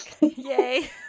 Yay